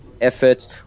effort